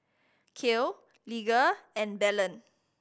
Cale Lige and Belen